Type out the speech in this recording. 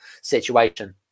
situation